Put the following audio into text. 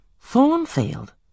Thornfield